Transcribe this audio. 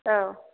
औ